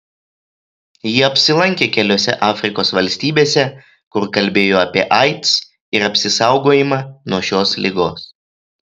ji apsilankė keliose afrikos valstybėse kur kalbėjo apie aids ir apsisaugojimą nuo šios ligos